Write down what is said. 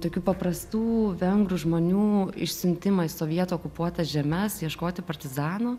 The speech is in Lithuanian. tokių paprastų vengrų žmonių išsiuntimą į sovietų okupuotas žemes ieškoti partizanų